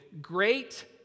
great